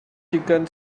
chicken